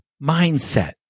mindset